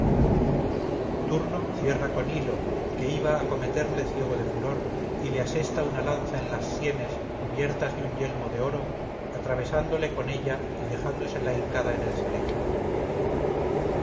turno cierra con hilo que iba a acometerle ciego de furor y le asesta una lanza en las sienes cubiertas de un yelmo de oro atravesándole con ella y dejándosela hincada en el cerebro